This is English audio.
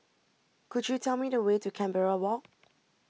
could you tell me the way to Canberra Walk